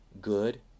good